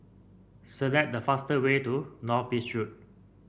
select the fastest way to North Bridge Road